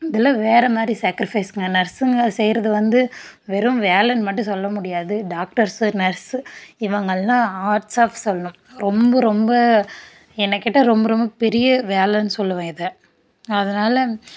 இதெலாம் வேறு மாதிரி சாக்ரிஃபைஸுங்க நர்ஸுங்க செய்யறது வந்து வெறும் வேலைன்னு மட்டும் சொல்ல முடியாது டாக்டர்ஸு நர்ஸு இவங்கெல்லாம் ஹாட்ஸ் ஆஃப் சொல்லணும் ரொம்ப ரொம்ப என்னை கேட்டால் ரொம்ப ரொம்ப பெரிய வேலைன்னு சொல்லுவேன் இதை அதனால்